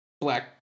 black